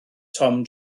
tom